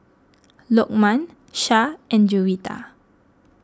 Lokman Shah and Juwita